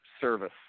service